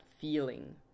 feeling